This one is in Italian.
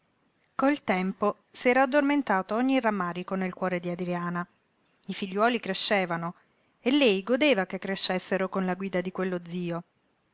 col tempo s'era addormentato ogni rammarico nel cuore di adriana i figliuoli crescevano e lei godeva che crescessero con la guida di quello zio